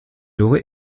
aurait